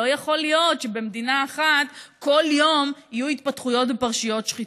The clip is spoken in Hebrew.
שלא יכול להיות שבמדינה אחת כל יום יהיו התפתחויות בפרשיות שחיתות.